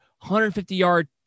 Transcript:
150-yard